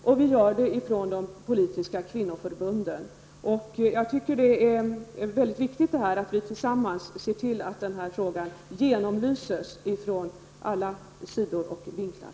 Och vi gör det även från de politiska kvinnoförbunden. Jag tycker att det är mycket viktigt att vi tillsammans ser till att denna fråga genomlyses från alla sidor och ur alla vinklar.